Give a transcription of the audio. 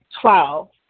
Twelve